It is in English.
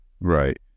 Right